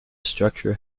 structure